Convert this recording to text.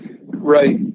Right